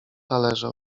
talerze